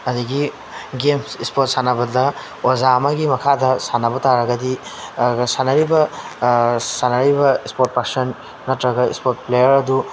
ꯑꯗꯒꯤ games sport ꯁꯥꯟꯅꯕꯗ ꯑꯣꯖꯥ ꯑꯃꯒꯤ ꯃꯈꯥꯗ ꯁꯥꯟꯅꯕ ꯇꯥꯔꯒꯗꯤ ꯁꯥꯟꯅꯔꯤꯕ ꯁꯥꯟꯅꯔꯤꯕ ꯏꯁꯄꯣꯔꯠ ꯄꯥꯔꯁꯟ ꯅꯠꯇ꯭ꯔꯒ ꯏꯁꯄꯣꯔꯠ ꯄ꯭ꯂꯦꯌꯥꯔ ꯑꯗꯨ